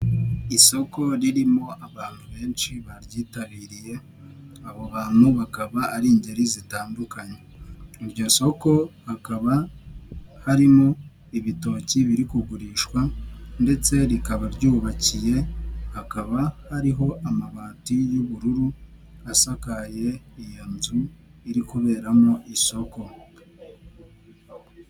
Isoko ririmo abantu benshi baryitabiriye abo bantu bakaba ari ingeri zitandukanye iryo soko hakaba harimo ibitoki biri kugurishwa ndetse rikaba ryubakiye hakaba hariho amabati y'ubururu asakaye iyo nzu iri kuberamo isoko.